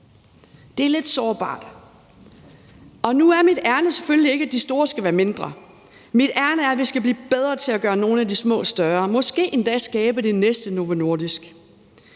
det er lidt sårbart. Og nu er mit ærinde selvfølgelig ikke, at de store skal være mindre, mit ærinde er, at vi skal blive bedre til at gøre nogle af de små større, måske endda skabe det næste Novo Nordisk.